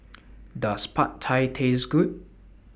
Does Pad Thai Taste Good